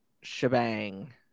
Shebang